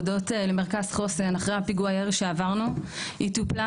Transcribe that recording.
הודות למרכז חוסן אחרי הפיגוע ירי שעברנו היא טופלה